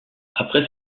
après